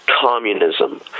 communism